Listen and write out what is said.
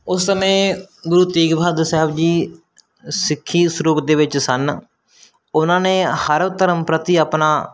ਉਸ ਸਮੇਂ ਗੁਰੂ ਤੇਗ ਬਹਾਦਰ ਸਾਹਿਬ ਜੀ ਸਿੱਖੀ ਸਰੂਪ ਦੇ ਵਿੱਚ ਸਨ ਉਹਨਾਂ ਨੇ ਹਰ ਧਰਮ ਪ੍ਰਤੀ ਆਪਣਾ